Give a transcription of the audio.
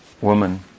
woman